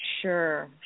Sure